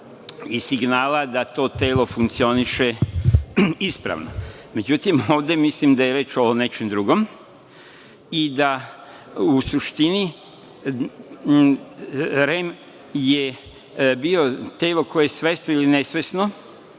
i signala da to telo funkcioniše ispravno.Međutim, mislim da je ovde reč nečem drugom i da je u suštini REM bio tema koji je svesno ili nesvesno